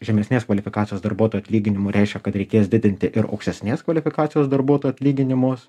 žemesnės kvalifikacijos darbuotojų atlyginimų reiškia kad reikės didinti ir aukštesnės kvalifikacijos darbuotojų atlyginimus